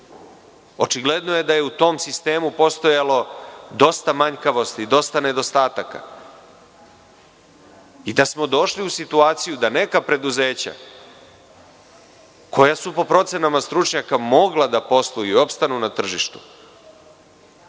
Očigledno je da je u tom sistemu postojalo dosta manjkavosti, dosta nedostataka i da smo došli u situaciju da neka preduzeća, koja su po procenama stručnjaka mogla da posluju i opstanu na tržištu,